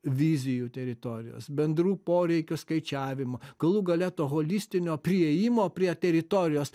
vizijų teritorijos bendrų poreikio skaičiavimo galų gale holistinio priėjimo prie teritorijos